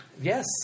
Yes